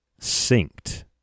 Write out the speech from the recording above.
synced